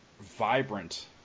vibrant